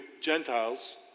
Gentiles